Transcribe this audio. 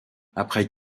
après